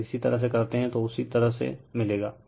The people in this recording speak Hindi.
अगर इसी तरह से करते हैं तो उसी तरह से मिलेगा